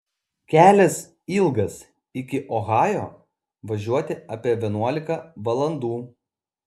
kelias ilgas iki ohajo važiuoti apie vienuolika valandų